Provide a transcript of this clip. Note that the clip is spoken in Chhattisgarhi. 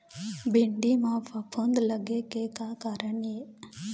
भिंडी म फफूंद लगे के का कारण ये?